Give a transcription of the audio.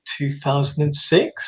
2006